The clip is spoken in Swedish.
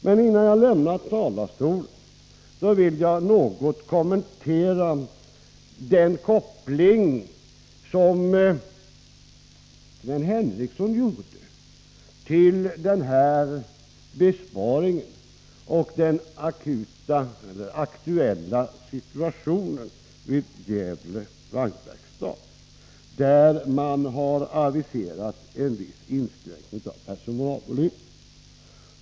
Men innan jag lämnar talarstolen vill jag något kommentera den koppling som Sven Henricsson gjorde mellan denna besparing och den akuta eller aktuella situationen vid Gävle vagnverkstad, där man har aviserat en viss inskränkning av personalvolymen.